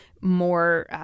more